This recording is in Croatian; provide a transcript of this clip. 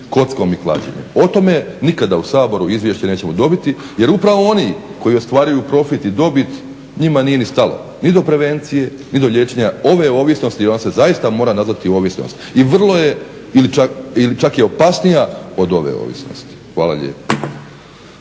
kockom i klađenjem. O tome nikada u Saboru izvješće nećemo dobiti jer upravo oni koji ostvaruju profit i dobit njima nije ni stalo ni do prevencije ni do liječenja ove ovisnosti i ona se zaista mora nazvati ovisnost. I vrlo je ili čak je opasnija od ove ovisnosti. Hvala lijepa.